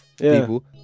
people